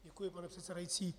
Děkuji, pane předsedající.